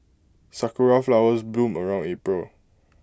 Sakura Flowers bloom around April